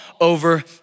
over